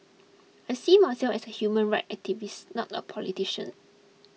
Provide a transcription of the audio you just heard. I see myself as a human rights activist not a politician